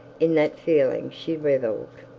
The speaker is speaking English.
in that feeling she revelled.